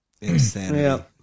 Insanity